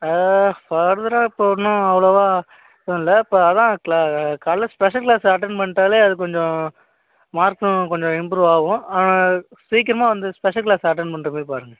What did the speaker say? ஃபர்தராக இப்போ ஒன்றும் அவ்ளோவாக எதுவும் இல்லை இப்போ அதான் க்ளா காலைல ஸ்பெஷல் க்ளாஸ் அட்டன்ட் பண்ணிவிட்டாலே அது கொஞ்ச மார்க்கும் கொஞ்ச இம்ப்ரூவ் ஆகும் சீக்கிரமாக வந்து ஸ்பெஷல் க்ளாஸ் அட்டென்ட் பண்றமாரி பாருங்கள்